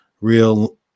real